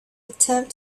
attempt